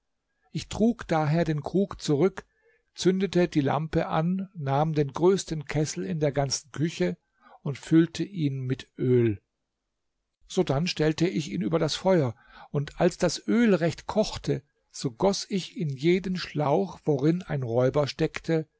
ich trug daher den krug zurück zündete die lampe an nahm den größten kessel in der ganzen küche und füllte ihn mit öl sodann stellte ich ihn über das feuer und als das öl recht kochte so goß ich in jeden schlauch worin ein räuber steckte